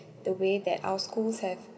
the way that our schools have